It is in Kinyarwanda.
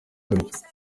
gutyo